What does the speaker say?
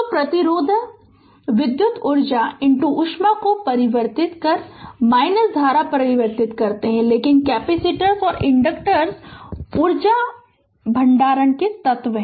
तो प्रतिरोधक विद्युत ऊर्जा ऊष्मा को परिवर्तित धारा परिवर्तित करते हैं लेकिन कैपेसिटर और इंडक्टर्स ऊर्जा भंडारण तत्व हैं